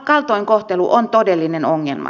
kaltoinkohtelu on todellinen ongelma